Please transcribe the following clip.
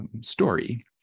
story